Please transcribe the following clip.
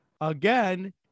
again